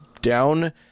down